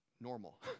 normal